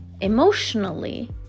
emotionally